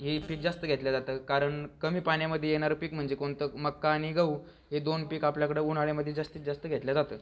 हे पीक जास्त घेतल्या जातं कारण कमी पाण्यामधे येणारं पीक म्हणजे कोणतं मका आणि गहू हे दोन पीक आपल्याकडं उन्हाळ्यामधे जास्तीत जास्त घेतल्या जातं